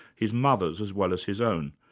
his mother's as well as his own.